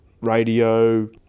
radio